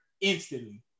instantly